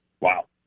wow